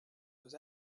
was